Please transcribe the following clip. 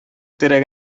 тирә